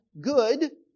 good